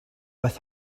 with